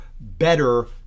better